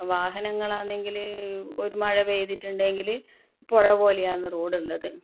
വാഹനങ്ങളാണെങ്കിൽ ഒരു മഴ പെയ്തിട്ടിണ്ടെങ്കിൽ പുഴ പോലെയാണ് റോഡ് ഉള്ളത്